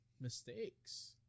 mistakes